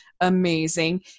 amazing